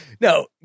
No